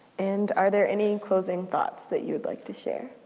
and are there any closing thoughts that you would like to share?